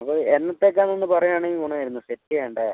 അപ്പം എന്നത്തേക്കാണെന്ന് പറയുകയാണെങ്കിൽ ഗുണമായിരുന്നു സെറ്റ് ചെയ്യണ്ടേ